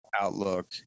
outlook